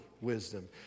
wisdom